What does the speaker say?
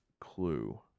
clue